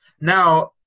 now